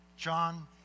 John